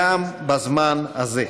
גם בזמן הזה.